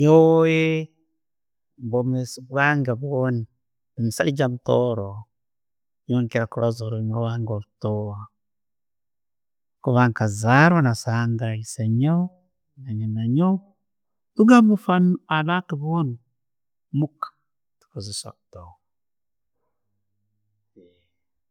Nyoowe, obwomeezi bwange bwoona ndimusaija omutooro nkiira munno kubaaza oruliimu lwange orutooro kuba nkazarwa nasanga esse'nyoowe na nyiinanyoowe, tugambe ffe abantu boona muka ne'tukozesa orutooro.